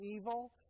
evil